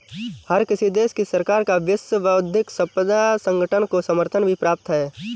हर किसी देश की सरकार का विश्व बौद्धिक संपदा संगठन को समर्थन भी प्राप्त है